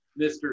Mr